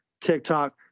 TikTok